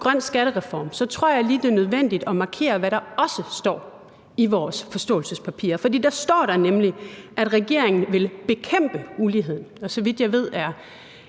grøn skattereform, tror jeg lige, det er nødvendigt at markere, hvad der også står i vores forståelsespapir. For der står nemlig, at regeringen vil bekæmpe ulighed – og så vidt jeg ved, er